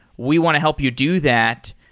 we want to help you do that.